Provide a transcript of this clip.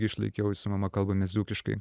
išlaikiau su mama kalbamės dzūkiškai